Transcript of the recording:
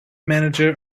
manager